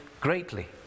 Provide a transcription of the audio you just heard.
greatly